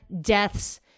deaths